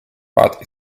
bought